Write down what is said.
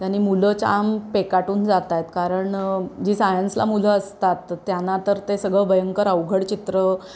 त्यानी मुलं जाम पेकाटून जात आहेत कारण जी सायन्सला मुलं असतात त्यांना तर ते सगळं भयंकर अवघड चित्र